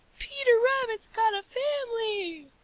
peter rabbit's got a family!